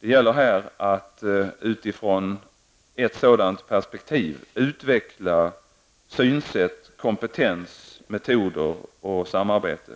Det gäller här att utifrån ett sådant perspektiv utveckla synsätt, kompetens, metoder och samarbete.